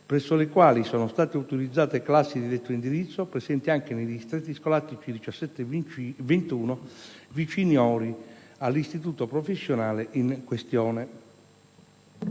presso le quali sono state autorizzate classi di detto indirizzo presenti anche nei distretti scolastici 17 e 21, viciniori all'Istituto professionale in questione.